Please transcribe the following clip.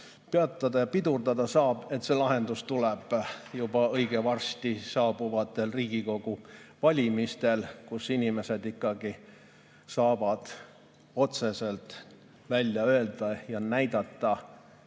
peatada ja pidurdada saab – see lahendus tuleb juba õige varsti saabuvatel Riigikogu valimistel, kus inimesed saavad otse välja öelda ja näidata,